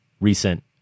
recent